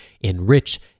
enrich